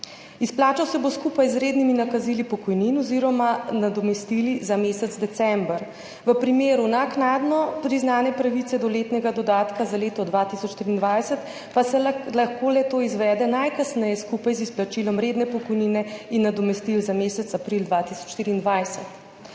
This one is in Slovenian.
Izplačal se bo skupaj z rednimi nakazili pokojnin oziroma nadomestili za mesec december. V primeru naknadno priznane pravice do letnega dodatka za leto 2023 pa se lahko le-to izvede najkasneje skupaj z izplačilom redne pokojnine in nadomestil za mesec april 2024.